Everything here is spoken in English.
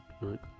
right